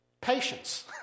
Patience